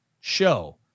show